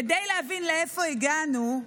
כדי להבין לאיפה הגענו,